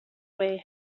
way